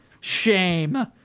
shame